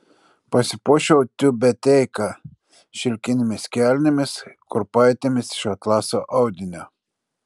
pasipuošiau tiubeteika šilkinėmis kelnėmis kurpaitėmis iš atlaso audinio